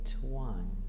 One